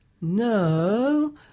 no